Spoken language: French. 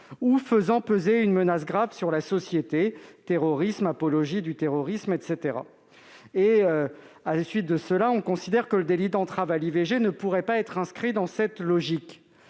ou faisant peser une menace grave sur la société : terrorisme apologie du terrorisme, etc. On considère donc que le délit d'entrave à l'IVG ne pourrait pas s'inscrire dans cette logique,